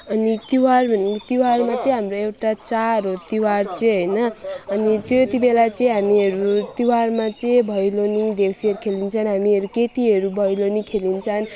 अनि तिहार भन्ने तिहारमा चाहिँ हाम्रो एउटा चाड हो तिहार चाहिँ होइन अनि त्यति बेला चाहिँ हामीहरू तिहारमा चाहिँ भैलेनी देउसीहरू खेलिन्छन् हामीहरू केटीहरू भैलेनी खेलिन्छन्